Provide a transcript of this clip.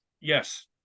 yes